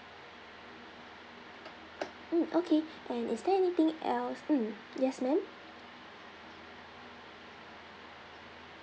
mm okay and is there anything else mm yes ma'am